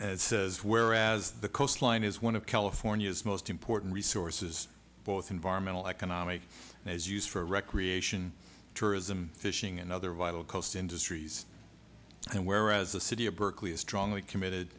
day whereas the coastline is one of california's most important resources both environmental economic is used for recreation tourism fishing and other vital coast industries and whereas the city of berkeley is strongly committed